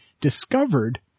discovered